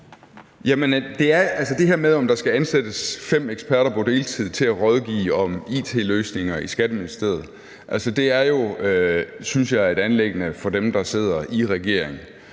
det her med, om der skal ansættes fem eksperter på deltid til at rådgive om it-løsninger i Skatteministeriet, synes jeg er et anliggende for dem, der sidder i regering.